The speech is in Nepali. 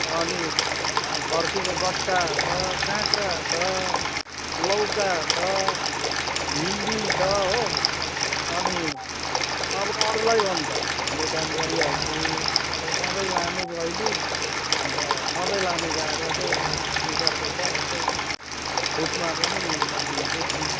अनि फर्सीको गट्टा छ काँक्रा छ लौका छ भिन्डी छ हो अनि अब अरूलाई हो भने त म भिन्दै दाम गरिहाल्छु अब सधैँ लाने बैनी अन्त सधैँ लाने ग्राहकलाई दुई चार पैसा यसो छुटमा पनि म दिन्छु नि